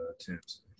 attempts